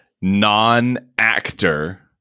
non-actor